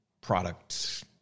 product